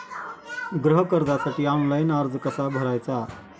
गृह कर्जासाठी ऑनलाइन अर्ज कसा भरायचा?